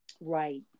Right